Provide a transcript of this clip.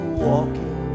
walking